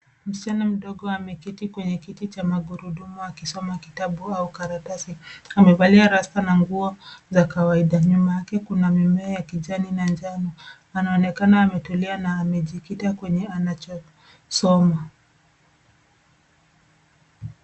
Msichana mdogo ameketi kwenye kiti cha magurudumu akisoma kitabu au karatasi. Amevalia rasta ya nguo za kawaida. Nyuma yake kuna mimea ya kijani na njano. Anaonekana ametulia na amejikita kwenye anachosoma.